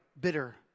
Bitter